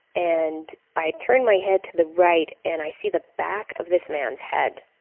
and i turn my head to the right and i see the back of this man's head